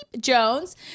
Jones